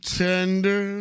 tender